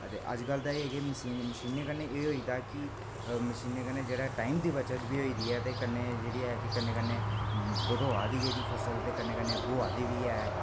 ते अजकल ते एह् है कि मशीनें कन्नै एह् होई गेदा कि मशीनें कन्नै जेह्ड़ा टाइम दी बचत बी होई गेदी ऐ ते कन्नै जेहड़ी है कि कन्नै कन्नै बढोआ दी ऐ फसल ते कन्नै कन्नै बुहाई दी बी ऐ